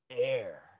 air